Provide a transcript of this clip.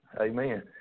Amen